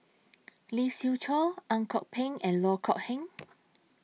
Lee Siew Choh Ang Kok Peng and Loh Kok Heng